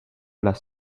las